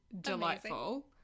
delightful